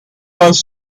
was